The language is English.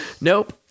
Nope